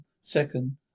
Second